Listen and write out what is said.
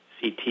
CT